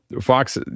Fox